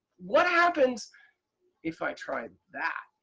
what happens if i try that?